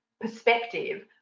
perspective